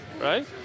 right